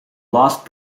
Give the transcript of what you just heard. last